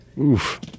Oof